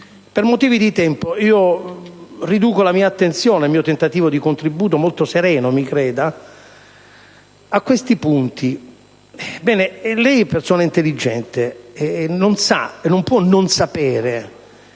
Per motivi di tempo limiterò la mia attenzione, il mio tentativo di contributo, molto sereno, mi creda, a questi punti. Lei è persona intelligente, e non può non sapere